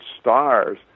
stars